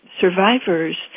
survivors